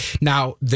Now